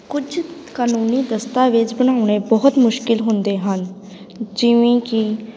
ਕੁਝ ਕਾਨੂੰਨੀ ਦਸਤਾਵੇਜ਼ ਬਣਾਉਣੇ ਬਹੁਤ ਮੁਸ਼ਕਿਲ ਹੁੰਦੇ ਹਨ ਜਿਵੇਂ ਕਿ